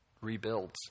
rebuilds